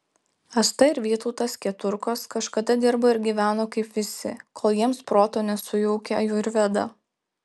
asta ir vytautas keturkos kažkada dirbo ir gyveno kaip visi kol jiems proto nesujaukė ajurveda